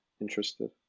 interested